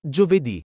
Giovedì